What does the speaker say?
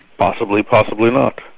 possibly, possibly not.